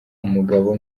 umugabo